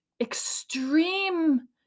extreme